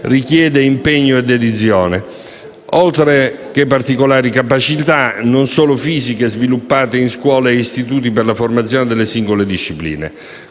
richiede impegno e dedizione, oltre che particolari capacità non solo fisiche, sviluppate in scuole e istituti per la formazione nelle singole discipline.